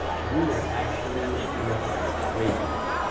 you will actually look radiant.